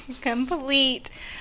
complete